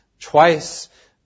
Twice